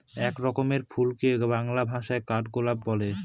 এক রকমের ফুলকে বাংলা ভাষায় কাঠগোলাপ বলে